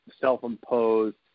self-imposed